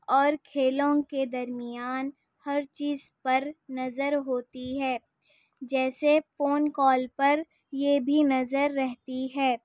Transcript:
اور کھیلوں کے درمیان ہر چیز پر نظر ہوتی ہے جیسے فون کال پر یہ بھی نظر رہتی ہے